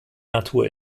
natur